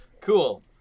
cool